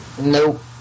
Nope